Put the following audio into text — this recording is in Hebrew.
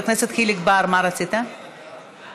63 חברי כנסת בעד, 17 מתנגדים, אחד נמנע.